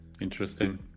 interesting